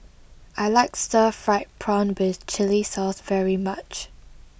I like Stir Fried Prawn with Chili Sauce very much